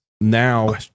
Now